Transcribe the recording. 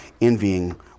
envying